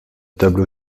tableau